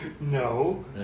no